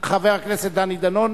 חבר הכנסת דני דנון,